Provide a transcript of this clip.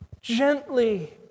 gently